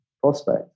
prospect